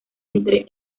entre